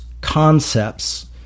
concepts